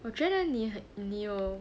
我觉得你你有